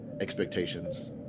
expectations